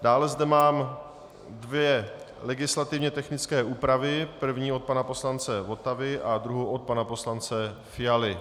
Dále zde mám dvě legislativně technické úpravy, první od pana poslance Votavy a druhou od pana poslance Fialy.